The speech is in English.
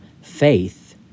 faith